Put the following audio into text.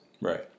Right